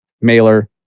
mailer